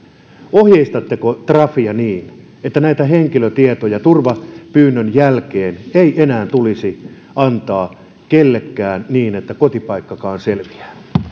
ohjeistatteko trafia niin että näitä henkilötietoja turvapyynnön jälkeen ei enää tulisi antaa kenellekään niin että kotipaikkakaan selviää